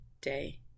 day